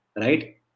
right